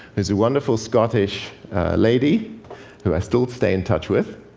who's a wonderful scottish lady who i still stay in touch with.